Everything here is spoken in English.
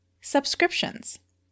subscriptions